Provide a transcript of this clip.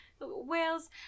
Whales